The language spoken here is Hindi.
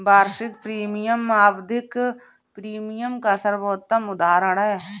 वार्षिक प्रीमियम आवधिक प्रीमियम का सर्वोत्तम उदहारण है